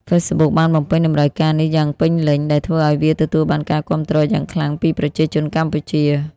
Facebook បានបំពេញតម្រូវការនេះយ៉ាងពេញលេញ ដែលធ្វើឱ្យវាទទួលបានការគាំទ្រយ៉ាងខ្លាំងពីប្រជាជនកម្ពុជា។